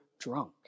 Drunk